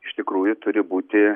iš tikrųjų turi būti